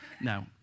No